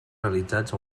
realitzats